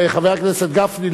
חבר הכנסת גפני,